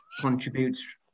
contributes